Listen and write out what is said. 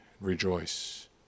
Rejoice